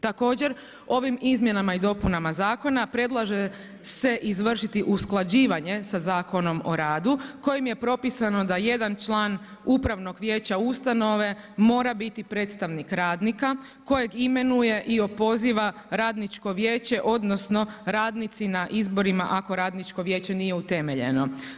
Također, ovim izmjenama i dopunama zakona predlaže se izvršiti usklađivanje sa Zakonom o radu, kojim je propisano da jedan član upravnog vijeća ustanove mora biti predstavnik radnika kojeg imenuje i opoziva radničko vijeće odnosno radnici na izborima ako radničko vijeće nije utemeljeno.